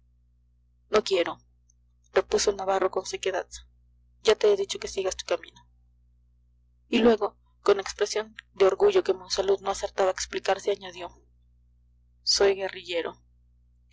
no quiero repuso navarro con sequedad ya te he dicho que sigas tu camino y luego con expresión de orgullo que monsalud no acertaba a explicarse añadió soy guerrillero